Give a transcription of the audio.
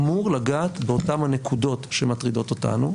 אמור לגעת באותם הנקודות שמטרידות אותנו,